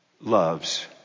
loves